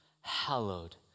hallowed